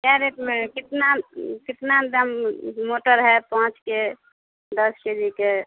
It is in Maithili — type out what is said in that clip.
कए रेटमे कितना कितना दाम मोटर है पाँचके दस केजीके